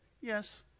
yes